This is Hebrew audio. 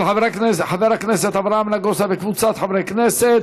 של חבר הכנסת אברהם נגוסה וקבוצת חברי הכנסת,